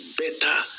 better